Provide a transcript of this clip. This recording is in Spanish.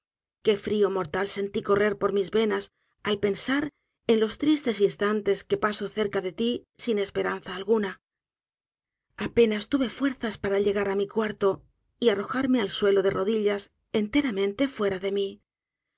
qué frió mortal sentí correr por mis venas al pensar en los tristes instantes que paso cerca de ti sin esperanza alguna apenas tuve fuerzas para llegar á mi cuarto y arrojarme al suelo de rodillas enteramente fuera de mí